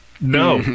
no